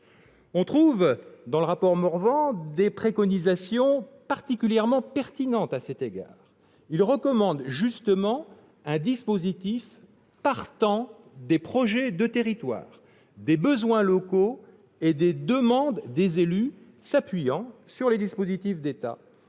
On trouve dans le rapport Morvan des préconisations particulièrement pertinentes à cet égard. Il recommande judicieusement un dispositif partant du projet de territoire, des besoins locaux et des demandes des élus, et s'appuyant sur des dispositifs d'État